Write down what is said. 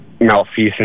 malfeasance